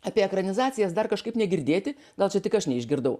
apie ekranizacijas dar kažkaip negirdėti gal čia tik aš neišgirdau